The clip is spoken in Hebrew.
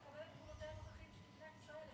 אם אתה מקבל את גבולותיה הנוכחיים של מדינת ישראל,